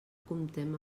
comptem